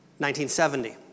1970